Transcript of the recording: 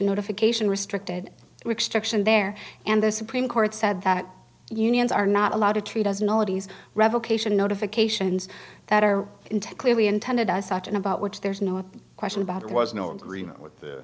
notification restricted extraction there and the supreme court said that unions are not allowed to treat doesn't revocation notifications that are into clearly intended as such and about which there's no question about it was no agreement with the